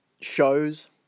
shows